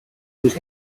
was